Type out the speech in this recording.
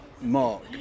mark